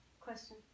Question